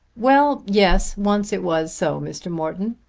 well yes once it was so, mr. morton.